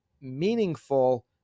meaningful